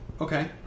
Okay